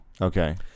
Okay